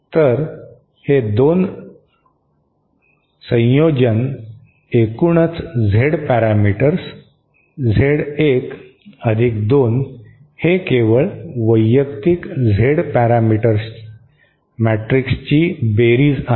तर हे 2 संयोजन एकूणच झेड पॅरामीटर्स झेड 1 2 हे केवळ वैयक्तिक झेड पॅरामीटर्स मॅट्रिक्सची बेरीज आहे